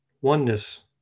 oneness